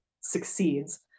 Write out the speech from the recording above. succeeds